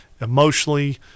emotionally